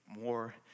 more